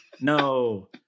no